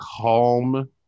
calm